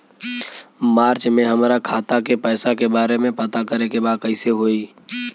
मार्च में हमरा खाता के पैसा के बारे में पता करे के बा कइसे होई?